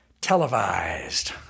televised